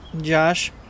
Josh